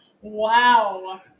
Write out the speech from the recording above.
Wow